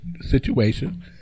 situation